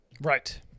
Right